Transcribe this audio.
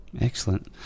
excellent